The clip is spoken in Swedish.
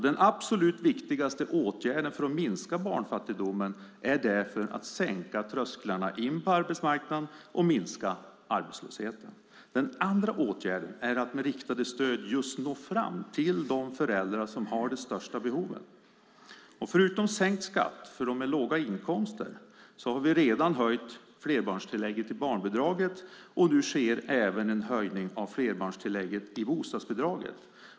Den absolut viktigaste åtgärden för att minska barnfattigdomen är därför att sänka trösklarna in på arbetsmarknaden och att minska arbetslösheten. Den andra åtgärden är att med riktade stöd just nå fram till de föräldrar som har de största behoven. Förutom sänkt skatt för dem med låga inkomster har vi redan höjt flerbarnstillägget i barnbidraget. Nu sker även en höjning av flerbarnstillägget i bostadsbidraget.